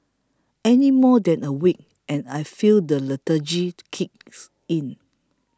any more than a week and I feel the lethargy kick in